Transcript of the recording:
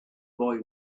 boy